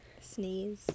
Sneeze